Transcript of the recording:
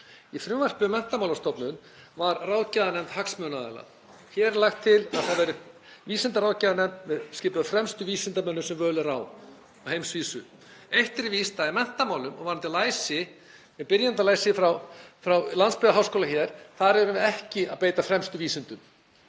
Í frumvarpi um Menntamálastofnun var ráðgjafarnefnd hagsmunaaðila. Hér er lagt til að það verði vísindaráðgjafarnefnd skipuð fremstu vísindamönnum sem völ er á á heimsvísu. Eitt er víst að í menntamálum og varðandi læsi, byrjendalæsi frá landsbyggðarháskóla hér, erum við ekki að beita fremstu vísindum.